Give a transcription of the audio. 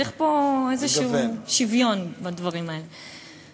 צריך פה איזה שוויון בדברים האלה.